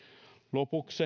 lopuksi